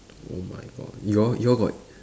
oh my god you all you all got